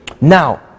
Now